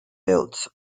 built